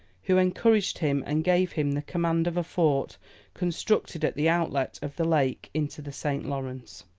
who encouraged him, and gave him the command of a fort constructed at the outlet of the lake into the st. lawrence.